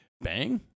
Bang